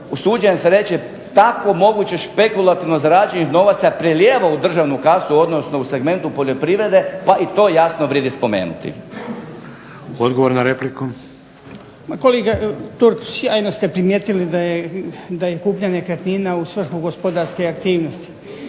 usuđujem se reći tako moguće špekulativno zarađenih novaca prelijeva u državnu kasu odnosno u segmentu poljoprivrede pa i to jasno vrijedi spomenuti. **Šeks, Vladimir (HDZ)** Odgovor na repliku. **Marić, Goran (HDZ)** Ma kolega Turk sjajno ste primijetili da je kupnja nekretnina u svrhu gospodarske aktivnosti.